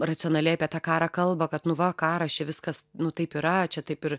racionaliai apie tą karą kalba kad nu va karas čia viskas nu taip yra čia taip ir